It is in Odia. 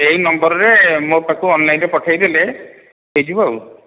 ଏଇ ନମ୍ବରରେ ମୋ ପାଖକୁ ଅନ୍ଲାଇନ୍ରେ ପଠେଇଦେଲେ ହେଇଯିବ ଆଉ